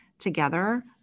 together